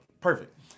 Perfect